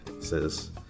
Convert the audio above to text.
says